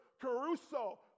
Caruso